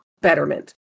betterment